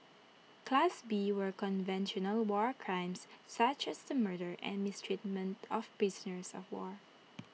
class B were conventional war crimes such as the murder and mistreatment of prisoners of war